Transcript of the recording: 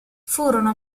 furono